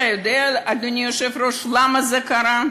אתה יודע, אדוני היושב-ראש, למה זה קרה?